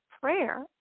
prayer